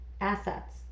assets